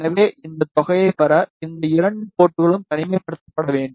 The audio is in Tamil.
எனவே இந்த தொகையைப் பெற இந்த இரண்டு போர்ட்ங்களும் தனிமைப்படுத்தப்பட வேண்டும்